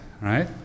Right